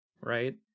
Right